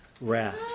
wrath